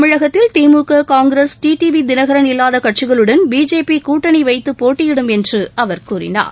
தமிழகத்தில் DMK Congress T T V Dinakaran இல்லாத கட்சிகளுடன் பிஜேபி கூட்டணி வைத்து போட்டியிடும் என்று அவர் கூறினார்